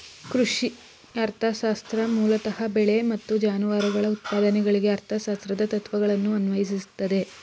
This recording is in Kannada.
ಕೃಷಿ ಅರ್ಥಶಾಸ್ತ್ರ ಮೂಲತಃ ಬೆಳೆ ಮತ್ತು ಜಾನುವಾರುಗಳ ಉತ್ಪಾದನೆಗಳಿಗೆ ಅರ್ಥಶಾಸ್ತ್ರದ ತತ್ವಗಳನ್ನು ಅನ್ವಯಿಸ್ತದೆ